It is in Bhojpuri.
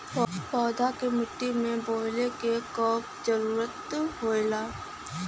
पौधा के मिट्टी में बोवले क कब जरूरत होला